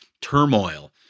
turmoil